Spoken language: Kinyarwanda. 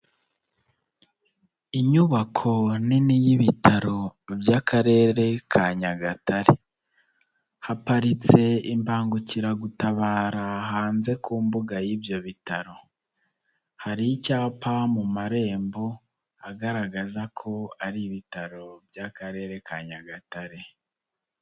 Inyubako nini y'ibitaro by'Akarere ka Nyagatare, haparitse imbangukiragutabara hanze ku mbuga y'ibyo bitaro, hari icyapa mu marembo agaragaza ko ari ibitaro by'Akarere ka Nyagatare.